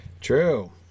True